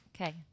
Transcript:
Okay